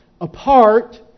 apart